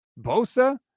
Bosa